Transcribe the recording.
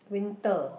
winter